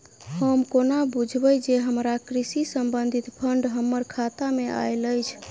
हम कोना बुझबै जे हमरा कृषि संबंधित फंड हम्मर खाता मे आइल अछि?